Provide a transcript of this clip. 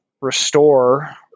restore